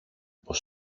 πως